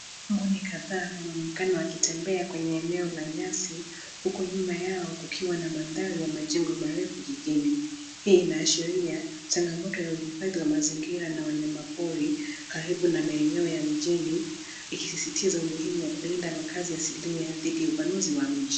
Mbuni kadhaa wanaonekana wakitembea kwenye eneo la nyasi huku nyuma yao kukiwa na mandhari ya majengo marefu jijini. Hii inaashiria changamoto ya uhifadhi ya mazingira na wanyama pori karibu na maeneo ya mjini ikisisitiza umuhimu wa kulinda makaazi asilia dhidi ya upanuzi wa mji.